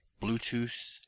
bluetooth